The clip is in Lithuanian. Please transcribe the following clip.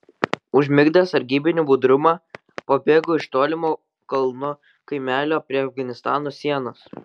užmigdęs sargybinių budrumą pabėgo iš tolimo kalnų kaimelio prie afganistano sienos